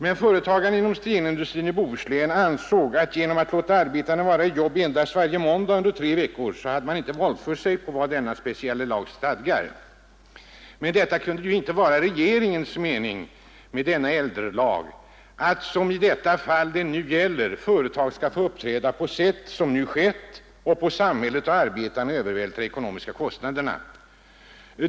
Men företagarna inom stenindustrin i Bohuslän ansåg att genom att låta arbetarna vara i jobb endast varje måndag under tre veckor hade man inte våldfört sig på vad denna speciella lag stadgar. Men det kunde ju inte vara regeringens mening med denna ”äldrelag” att företag skulle få uppträda på sätt som nu skett och på samhället och arbetarna övervältra de ekonomiska kostnaderna.